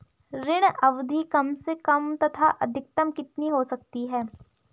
ऋण अवधि कम से कम तथा अधिकतम कितनी हो सकती है?